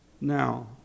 now